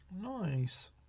Nice